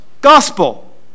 Gospel